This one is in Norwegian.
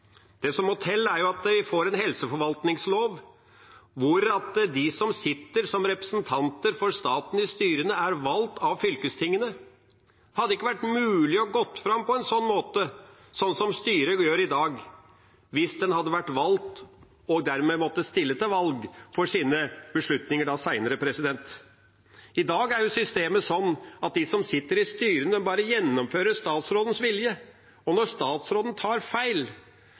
Det som må til, er en helseforvaltningslov hvor de som sitter som representanter for staten i styrene, blir valgt av fylkestingene. Det hadde ikke vært mulig å gå fram på en sånn måte som styret gjør i dag, hvis det hadde vært valgt og dermed måtte stille til valg og stå for sine beslutninger senere. I dag er systemet sånn at de som sitter i styrene, bare gjennomfører statsrådens vilje. Og når statsråden tar feil,